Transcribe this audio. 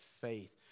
faith